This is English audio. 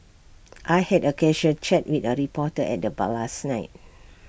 I had A casual chat with A reporter at the bar last night